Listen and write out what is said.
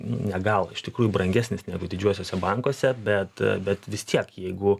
ne gal iš tikrųjų brangesnis negu didžiuosiuose bankuose bet bet bet vis tiek jeigu